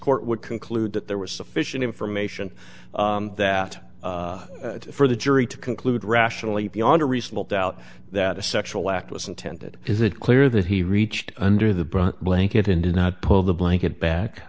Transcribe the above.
court would conclude that there was sufficient information that for the jury to conclude rationally beyond a reasonable doubt that a sexual act was intended is it clear that he reached under the broad blanket and did not pull the blanket back